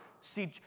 see